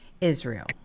Israel